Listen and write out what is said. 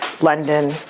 London